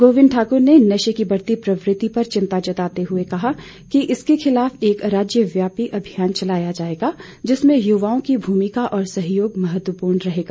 गोबिंद ठाकुर ने नशे की बढ़ती प्रवृति पर चिंता जताते हुए कहा कि इसके खिलाफ एक राज्य व्यापी अभियान चलाया जाएगा जिसमें युवाओं की भूमिका और सहयोग महत्वपूर्ण रहेगा